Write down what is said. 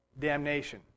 damnation